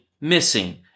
missing